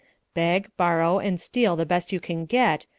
beg, borrow, and steal the best you can get,